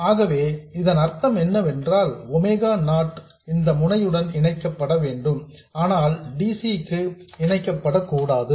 ஆகவே இதன் அர்த்தம் என்னவென்றால் ஒமேகா நாட் இந்த முனையுடன் இணைக்கப்பட வேண்டும் ஆனால் இது dc க்காக இணைக்கப்பட கூடாது